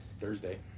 Thursday